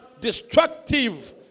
destructive